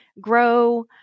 grow